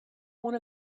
one